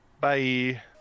Bye